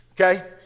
Okay